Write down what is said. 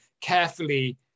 carefully